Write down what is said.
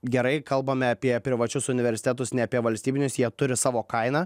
gerai kalbame apie privačius universitetus ne apie valstybinius jie turi savo kainą